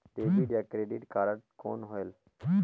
Debit या credit card कौन होएल?